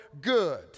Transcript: good